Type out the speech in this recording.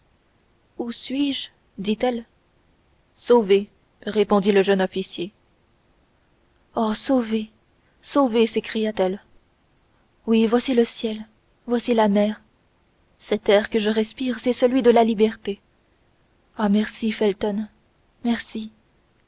où suis-je dit-elle sauvée répondit le jeune officier oh sauvée sauvée s'écria-t-elle oui voici le ciel voici la mer cet air que je respire c'est celui de la liberté ah merci felton merci